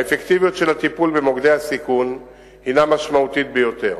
האפקטיביות של הטיפול במוקדי הסיכון הינה משמעותית ביותר.